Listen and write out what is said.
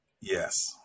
Yes